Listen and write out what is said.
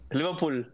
Liverpool